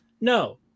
no